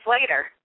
later